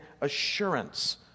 assurance